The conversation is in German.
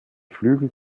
flügel